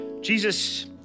Jesus